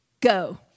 go